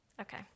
Okay